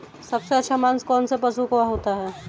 सबसे अच्छा मांस कौनसे पशु का होता है?